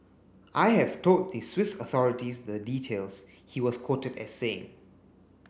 I have told the Swiss authorities the details he was quoted as saying